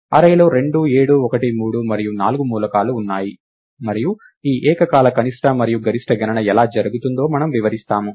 array లో 2 7 1 3 మరియు 4 మూలకాలు ఉన్నాయి మరియు ఈ ఏకకాల కనిష్ట మరియు గరిష్ట గణన ఎలా జరుగుతుందో మనము వివరిస్తాము